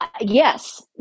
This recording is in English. Yes